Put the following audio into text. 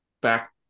back